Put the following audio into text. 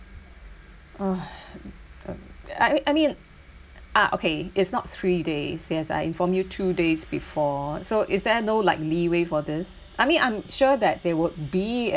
!hais! but b~ I mean I mean ah okay it's not three days yes I inform you two days before so is there no like leeway for this I mean I'm sure that they would be